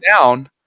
down